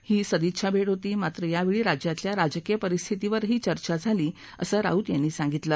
ही सदिच्छा भेट होती मात्र यावेळी राज्यातल्या राजकीय परिस्थितीवरही चर्चा झाली असं राऊत यांनी सांगितलं